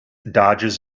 dodges